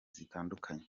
zitandukanye